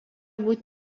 būti